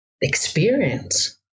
experience